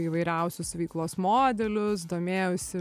įvairiausius veiklos modelius domėjausi